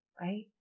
right